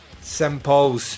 Simple